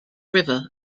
river